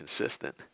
consistent